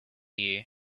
you